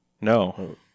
No